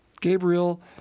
Gabriel